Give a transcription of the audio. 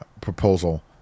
proposal